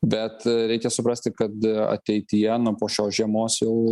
bet reikia suprasti kad ateityje na po šios žiemos jau